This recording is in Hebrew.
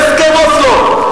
היה הסכם אוסלו,